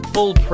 Full